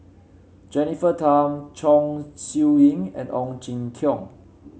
Jennifer Tham Chong Siew Ying and Ong Jin Teong